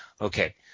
Okay